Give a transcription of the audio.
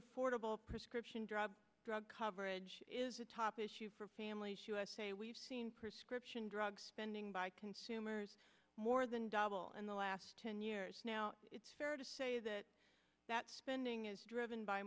affordable prescription drugs drug coverage is a top issue for families usa we've seen prescription drug spending by consumers more than double in the last ten years now it's fair to say that that spending is driven by